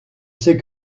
sais